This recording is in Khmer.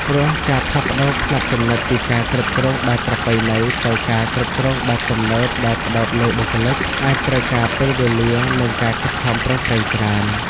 ព្រោះការផ្លាស់ប្តូរផ្នត់គំនិតពីការគ្រប់គ្រងបែបប្រពៃណីទៅការគ្រប់គ្រងបែបទំនើបដែលផ្តោតលើបុគ្គលិក អាចត្រូវការពេលវេលា និងការខិតខំប្រឹងប្រែងច្រើន។